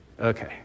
Okay